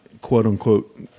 quote-unquote